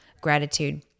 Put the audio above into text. gratitude